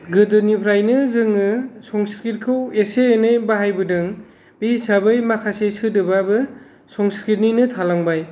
गोदोनिफ्रायनो जोङो संस्क्रितखौ एसे एनै बाहायबोदों बे हिसाबै माखासे सोदोबाबो संस्क्रितनिनो थालांबाय